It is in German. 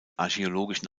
archäologischen